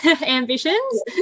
ambitions